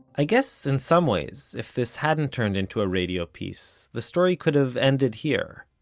i guess, in some ways, if this hadn't turned into a radio piece, the story could have ended here.